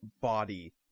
body